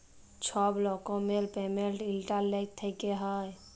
ছব রকমের payment internet থ্যাইকে হ্যয়